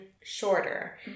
shorter